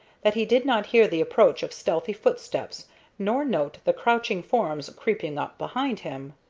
that he did not hear the approach of stealthy footsteps nor note the crouching forms creeping up behind him.